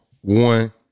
one